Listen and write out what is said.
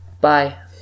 Bye